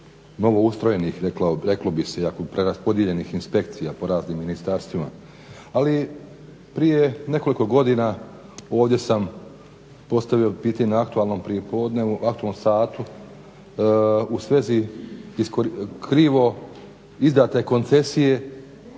novoustrojenih reklo bi se iako preraspodijeljenih inspekcija po raznim ministarstvima. Ali prije nekoliko godina ovdje sam postavio pitanje na aktualnom satu u svezi krivo izdane koncesije